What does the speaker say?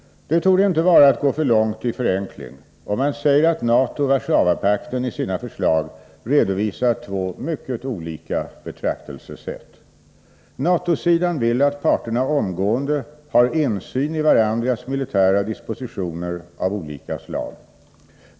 Det torde inte vara att gå för långt i förenkling om man säger att NATO och Warszawapakten i sina förslag redovisat två mycket olika betraktelsesätt. NATO-sidan vill att parterna omgående har insyn i varandras militära dispositioner av olika slag.